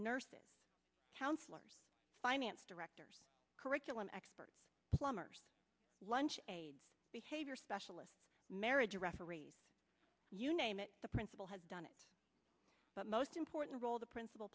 nurses counselors finance directors curriculum experts plumbers lunch aides behavior specialist marriage referees you name it the principal has done it but most important role the principal